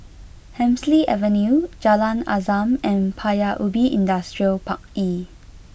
Hemsley Avenue Jalan Azam and Paya Ubi Industrial Park E